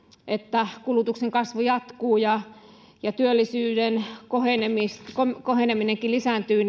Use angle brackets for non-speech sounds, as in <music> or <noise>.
että kulutuksen kasvu jatkuu ja ja työllisyyden koheneminenkin lisääntyy <unintelligible>